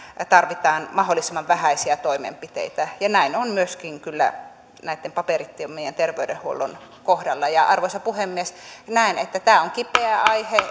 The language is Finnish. tarvitaan mahdollisimman vähäisiä toimenpiteitä ja näin on kyllä myöskin näitten paperittomien terveydenhuollon kohdalla arvoisa puhemies näen että tämä on kipeä